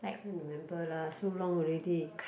can't remember lah so long already